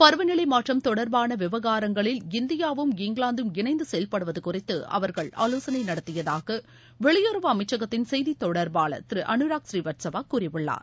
பருவ நிலை மாற்றம் தொடர்பான விவகரங்களில் இந்தியாவும் இங்கிலாந்தும் இணைந்து செயல்படுவது குறித்து அவர்கள் ஆவோசனை நடத்தியதாக வெளியறவு அமைச்சகத்தின் செய்தி தொடர்பாளர் திரு அனுராக் பநீவத்சவா கூறியுள்ளார்